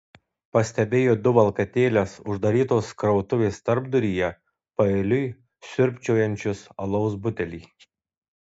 pastebėjo du valkatėles uždarytos krautuvės tarpduryje paeiliui siurbčiojančius alaus butelį